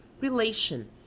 relation